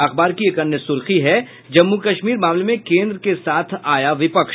अखबार की एक अन्य सुर्खी है जम्मू कश्मीर मामले में कोन्द्र के साथ आया विपक्ष